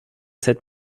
cette